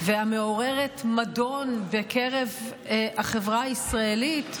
והמעוררת מדון בקרב החברה הישראלית,